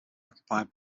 occupied